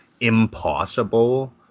impossible